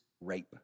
rape